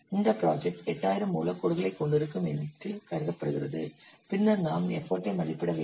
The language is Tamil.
இந்த ப்ராஜெக்ட் 8000 மூலக் கோடுகளைக் கொண்டிருக்கும் என்று கருதப்படுகிறது பின்னர் நாம் எஃபர்ட் ஐ மதிப்பிட வேண்டும்